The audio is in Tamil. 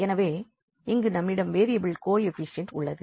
எனவே இங்கு நம்மிடம் வேறியபிள் கோ எஃபிஷியெண்ட் உள்ளது